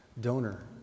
donor